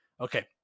Okay